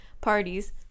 parties